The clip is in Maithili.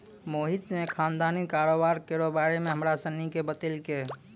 मोहित ने खानदानी कारोबार केरो बारे मे हमरा सनी के बतैलकै